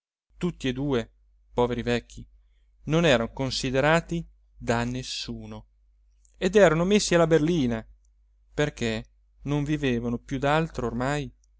tutti e due poveri vecchi non eran considerati da nessuno ed erano messi alla berlina perché non vivevano più d'altro ormai